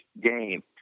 game